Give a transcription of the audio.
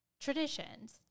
Traditions